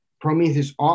Prometheus